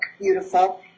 beautiful